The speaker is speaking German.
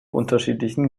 unterschiedlichen